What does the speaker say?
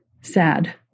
sad